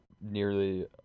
nearly